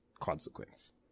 consequence